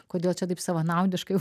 kodėl čia taip savanaudiškai